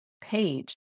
page